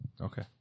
okay